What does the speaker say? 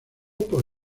por